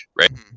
right